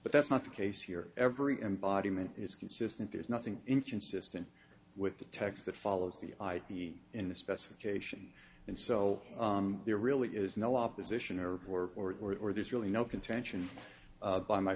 but that's not the case here every embodiment is consistent there's nothing inconsistent with the text that follows the the in the specification and so there really is no opposition or or or or or there's really no contention by my